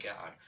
God